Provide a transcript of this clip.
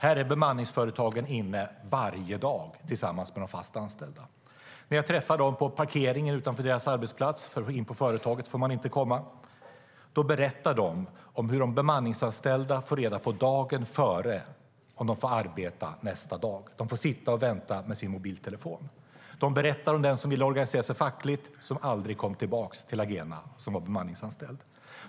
Här är bemanningsföretagen inne varje dag tillsammans med de fast anställda. När jag träffar dem på parkeringen utanför deras arbetsplats - in på företaget får man nämligen inte komma - berättar de om hur de bemanningsanställda får veta dagen innan om de får arbeta nästa dag. De får sitta och vänta med sina mobiltelefoner. De berättar om den bemanningsanställda som ville organisera sig fackligt som aldrig kom tillbaka till Lagena.